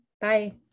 Bye